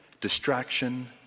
distraction